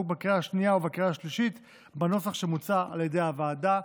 בקריאה השנייה ובקריאה השלישית בנוסח שמוצע על ידי הוועדה.